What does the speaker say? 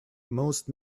most